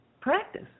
practice